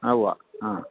ആ ഉവ്വ് ആ